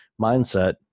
mindset